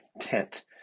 tent